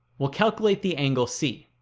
we'll calculate the angle c